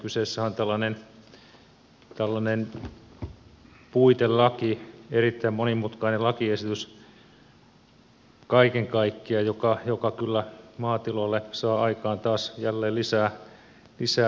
kyseessä on tällainen puitelaki erittäin monimutkainen lakiesitys kaiken kaikkiaan joka kyllä maatiloille saa aikaan taas jälleen lisää byrokratiaa